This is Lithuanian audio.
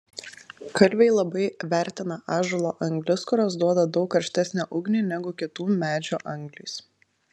kalviai labai vertina ąžuolo anglis kurios duoda daug karštesnę ugnį negu kitų medžių anglys